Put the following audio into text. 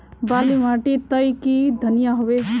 बाली माटी तई की धनिया होबे?